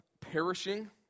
perishing